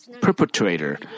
perpetrator